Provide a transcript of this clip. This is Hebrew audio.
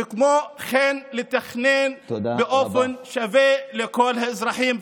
וכן לתכנן באופן שווה לכל האזרחים.